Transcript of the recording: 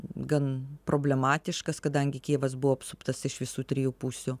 gan problematiškas kadangi kijevas buvo apsuptas iš visų trijų pusių